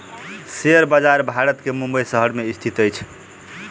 share बजार भारत के मुंबई शहर में स्थित अछि